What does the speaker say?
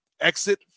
exit